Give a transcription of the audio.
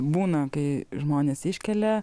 būna kai žmonės iškelia